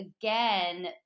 again